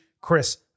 Chris